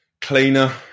cleaner